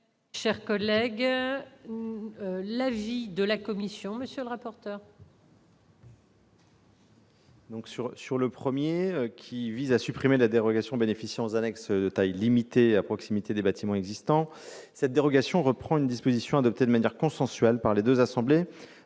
Quel est l'avis de la commission ? L'amendement n° 28 rectifié vise à supprimer la dérogation bénéficiant aux annexes de taille limitée à proximité des bâtiments existants. Cette dérogation reprend une disposition adoptée de manière consensuelle par les deux assemblées